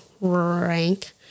rank